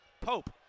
Pope